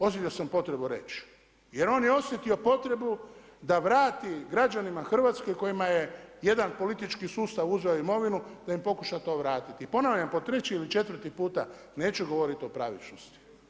Osjetio sam potrebu reći, jer on je osjetio potrebu da vrati građanima Hrvatske kojima je jedan politički sustav uzeo imovinu, da im pokuša to vratiti i ponavljam po treći ili četvrti puta neću govorit o pravičnosti.